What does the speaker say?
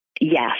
Yes